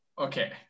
Okay